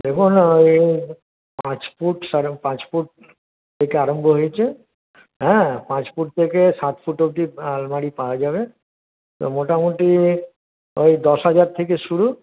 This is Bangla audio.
দেখুন ওই পাঁচ ফুট সাড়ে পাঁচ ফুট থেকে আরম্ভ হয়েছে হ্যাঁ পাঁচ ফুট থেকে সাত ফুট অবধি আলমারি পাওয়া যাবে মোটামুটি ওই দশ হাজার থেকে শুরু